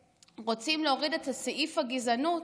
כשרוצים להוריד את סעיף הגזענות,